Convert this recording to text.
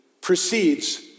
precedes